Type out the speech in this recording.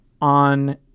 on